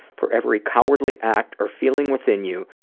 for every cowardly act or feeling within you,